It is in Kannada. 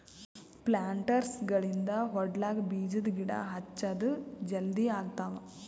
ಪ್ಲಾಂಟರ್ಸ್ಗ ಗಳಿಂದ್ ಹೊಲ್ಡಾಗ್ ಬೀಜದ ಗಿಡ ಹಚ್ಚದ್ ಜಲದಿ ಆಗ್ತಾವ್